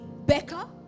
Becca